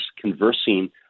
conversing